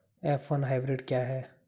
F one hybrid क्या है?